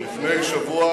לפני שבוע